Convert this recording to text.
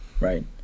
right